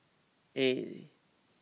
eight